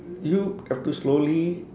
you have to slowly